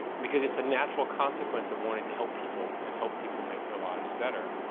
because it's a natural consequence of wanting to help people and help people make their lives better.